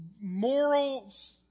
morals